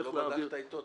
אתה לא בדקת איתו,